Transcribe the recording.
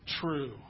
true